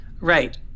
Right